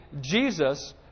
Jesus